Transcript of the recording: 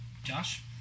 Josh